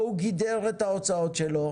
פה הוא גידר את ההוצאות שלו